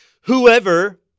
Whoever